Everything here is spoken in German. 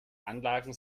anlagen